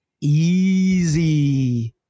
easy